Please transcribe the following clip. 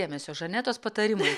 dėmesio žanetos patarimai